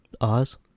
Oz